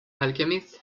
alchemist